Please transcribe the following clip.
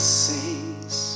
sings